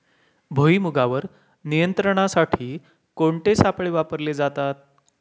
भुईमुगावर नियंत्रणासाठी कोणते सापळे वापरले जातात?